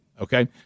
okay